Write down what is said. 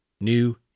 New